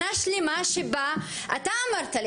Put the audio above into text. שנה שלמה שבה אתה אמרת לי,